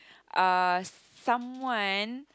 uh someone